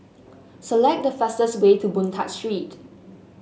select the fastest way to Boon Tat Street